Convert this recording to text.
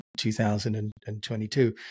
2022